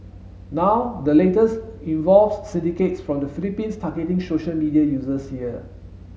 now the latest involves syndicates from the Philippines targeting social media users here